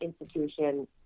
institution